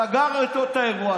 סגר איתו את האירוע,